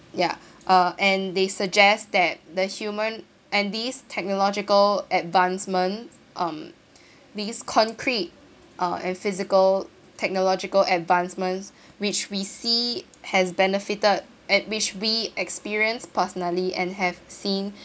ya uh and they suggest that the human and this technological advancement um this concrete uh a physical technological advancement which we see has benefited at which we experience personally and have seen